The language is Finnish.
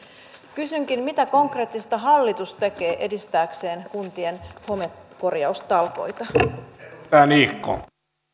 kysynkin mitä konkreettista hallitus tekee edistääkseen kuntien homekorjaustalkoita